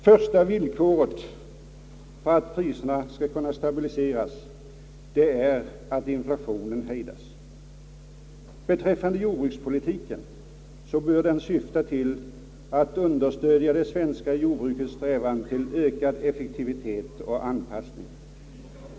Första villkoret för att priserna skall kunna stabiliseras är att inflationen hejdas. Jordbrukspolitiken bör syfta till att understödja det svenska jordbrukets strävan till ökad effektivitet och anpassning.